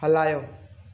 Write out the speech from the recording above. हलायो